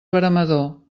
veremador